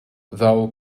thou